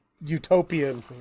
utopian